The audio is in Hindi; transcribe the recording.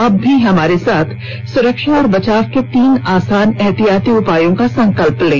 आप भी हमारे साथ सुरक्षा और बचाव के तीन आसान एहतियाती उपायों का संकल्प लें